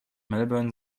melbourne